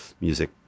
music